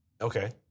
Okay